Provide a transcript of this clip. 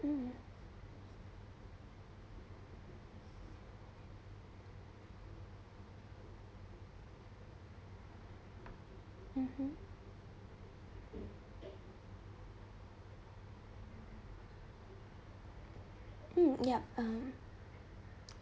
mm mmhmm mm yup um